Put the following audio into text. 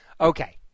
Okay